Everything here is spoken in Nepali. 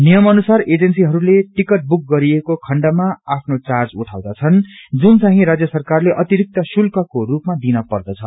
नियम अनुसार एजेसीले टिकट बुक गरिएको खण्डमा आफ्नो चार्ज उठाउँदछन् जुन चाहिं राज सरकारले अतिरिक्त शुल्कको रूपामा दिन पद्रछ